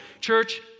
Church